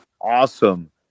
awesome